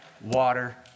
water